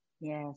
Yes